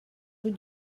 rue